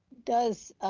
does